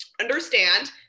understand